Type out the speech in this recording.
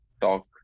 talk